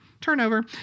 Turnover